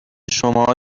شما